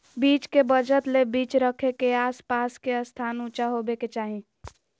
बीज के बचत ले बीज रखे के आस पास के स्थान ऊंचा होबे के चाही